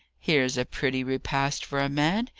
here's a pretty repast for a man!